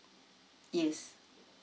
yes